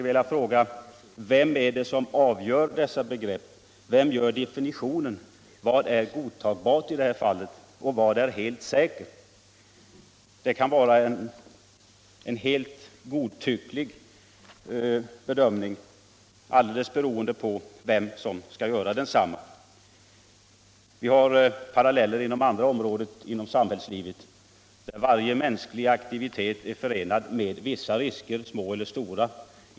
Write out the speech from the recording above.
Jag vill då fråga: Vem definierar dessa begrepp? Vad innebär ”godtagbart” och ”helt säker”? Det kan bli en helt godtycklig bedömning beroende på vem som skall göra densamma. Det finns paralleller med andra områden inom samhällslivet. Varje mänsklig aktivitet är förenad med vissa risker, stora eller små.